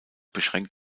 beschränkt